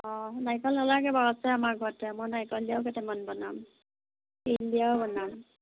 অ' নাৰিকল নালাগে বাৰু আছে আমাৰ ঘৰত কেইটামান মই নাৰিকল দিয়াও কেইটামান বনাম তিল দিয়াও বনাম